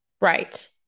Right